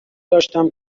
داشتم